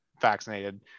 vaccinated